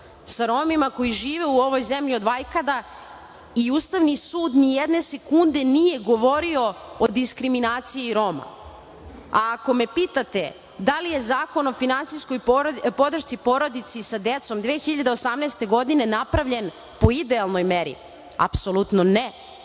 sa Romima koji žive u ovoj zemlji od vajkada. I Ustavni sud nijedne sekunde nije govorio o diskriminaciji Roma. Ako me pitate da li je Zakon o finansijskoj podršci porodici sa decom 2018. godine napravljen po idealnoj meri, apsolutno ne,